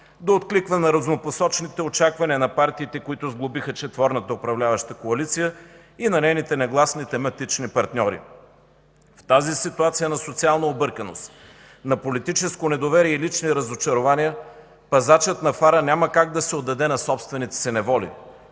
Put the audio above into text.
да откликва на разнопосочните очаквания на партиите, които сглобиха четворната управляваща коалиция, и на нейните негласни тематични партньори. В тази ситуация на социална обърканост, на политическо недоверие и лични разочарования пазачът на фара няма как да се отдаде на собствените си неволи.